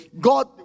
God